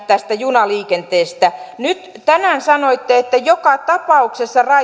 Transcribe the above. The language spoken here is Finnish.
tästä junaliikenteestä nyt tänään sanoitte että joka tapauksessa